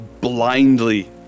blindly